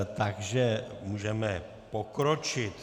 Takže můžeme pokročit.